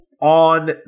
on